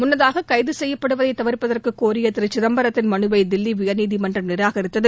முன்னதாக கைது செய்யப்படுவதை தவிா்ப்பதற்கு கோயப திரு சிதம்பரத்தின் மனுவை தில்லி உயர்நீதிமன்றம் நிராகரித்தது